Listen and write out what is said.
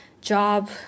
job